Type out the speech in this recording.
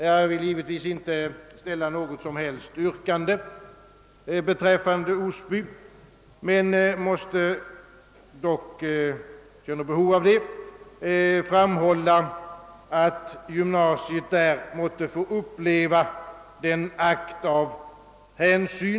Jag vill givetvis inte ställa något som helst yrkande beträffande Osbyskolan men känner ett behov av att uttala förhoppningen att detta gymnasium dock måtte få en chans. Det tycker jag vore att visa rimlig hänsyn.